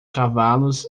cavalos